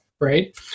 right